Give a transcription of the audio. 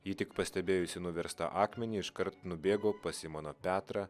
ji tik pastebėjusi nuverstą akmenį iškart nubėgo pas simoną petrą